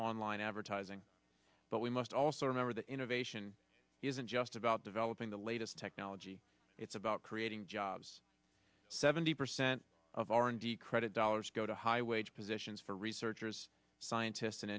online advertising but we must also remember the innovation isn't just about developing the latest technology it's about creating jobs seventy percent of r and d credit dollars go to high wage positions for researchers scientists and